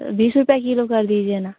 बीस रुपये किलो कर दीजिये न